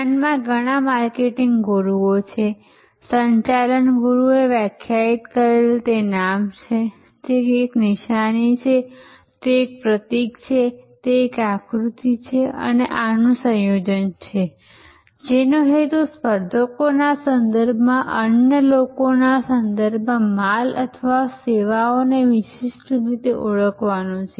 બ્રાન્ડમાં ઘણા માર્કેટિંગ ગુરુઓ છે સંચાલન ગુરુઓએ વ્યાખ્યાયિત કરેલ છે તે નામ છે તે એક નિશાની છે તે એક પ્રતીક છે તે એક આકૃતિ છે અને આનું સંયોજન છે જેનો હેતુ સ્પર્ધકોના સંદર્ભમાં અન્ય લોકોના સંદર્ભમાં માલ અથવા સેવાઓને વિશિષ્ટ રીતે ઓળખવાનો છે